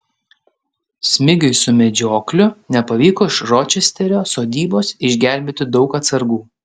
smigiui su medžiokliu nepavyko iš ročesterio sodybos išgelbėti daug atsargų